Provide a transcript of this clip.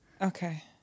Okay